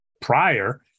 prior